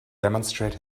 demonstrate